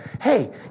hey